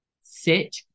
sit